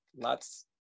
lots